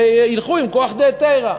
שילכו עם כוח דהיתרא.